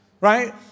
Right